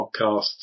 podcasts